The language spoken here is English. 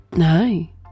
Hi